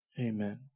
Amen